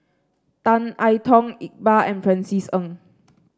Tan I Tong Iqbal and Francis Ng